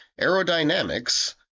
aerodynamics